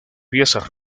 piezas